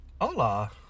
Hola